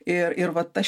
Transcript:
ir ir vat tas